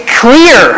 clear